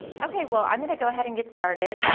okay, well, i'm going to go ahead and get started,